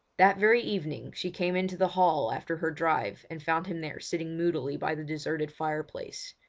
that very evening she came into the hall after her drive and found him there sitting moodily by the deserted fireplace.